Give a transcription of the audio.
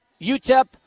UTEP